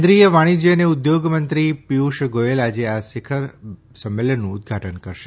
કેન્દ્રીય વાણિજ્ય અને ઉદ્યોગમંત્રી પિયુષ ગોયલ આજે આ શિખર સંમેલનનું ઉદધાટન કરશે